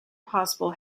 possible